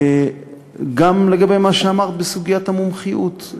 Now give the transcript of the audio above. גם לגבי מה שאמרת בסוגיית המומחיות,